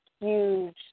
huge